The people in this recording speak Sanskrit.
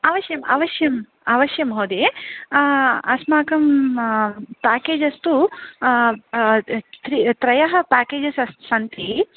अवश्यम् अवश्यम् अवश्यं महोदये अस्माकं पेकेजेस् तु त्रि त्रयः पेकेजेस् अस्ति सन्ति